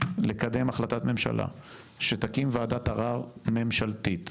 לקדם החלטת ממשלה שתקים וועדת ערער ממשלתית,